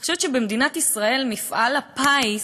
אני חושבת שבמדינת ישראל מפעל הפיס,